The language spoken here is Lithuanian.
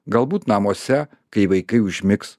galbūt namuose kai vaikai užmigs